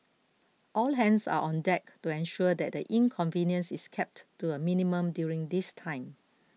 all hands are on deck to ensure that the inconvenience is kept to a minimum during this time